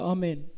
Amen